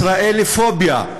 ישראלופוביה.